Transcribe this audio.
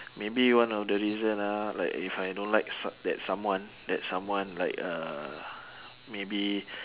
maybe one of the reason ah like if I don't like s~ that someone that someone like uh maybe